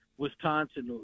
Wisconsin